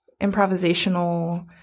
improvisational